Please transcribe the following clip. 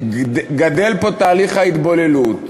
גדל פה תהליך ההתבוללות,